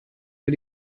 für